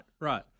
right